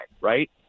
right